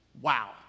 Wow